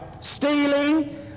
stealing